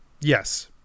Yes